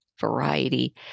variety